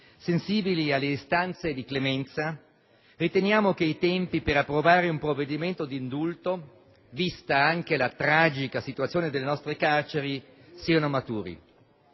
sensibili alle istanze di clemenza, riteniamo che i tempi per approvare un provvedimento d'indulto - vista anche la tragica situazione delle nostre carceri - siano maturi.